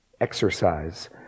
exercise